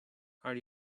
are